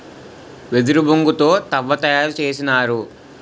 వెదురు బొంగు తో తవ్వ తయారు చేసినారు